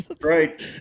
Right